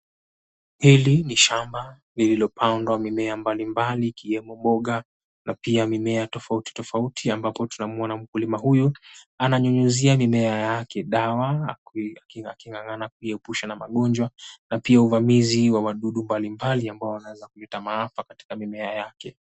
Hili ni shamba lililopandwa mimea mbalimbali, ikiwemo mboga na pia mimea tofauti tofauti. Ambapo tunamuona mkulima huyu ananyunyuzia mimea yake dawa, aking'ang'ana kuiepusha na magonjwa na pia uvamizi wa wadudu mbali mbali ambao wanaweza kuleta maafa katika mimea yake.